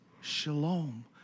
shalom